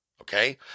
Okay